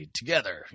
together